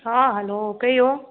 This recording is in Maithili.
हँ हलो कहिऔ